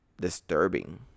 disturbing